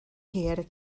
hir